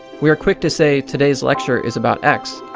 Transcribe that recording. we are quick to say, today's lecture is about x.